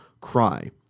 cry